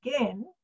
again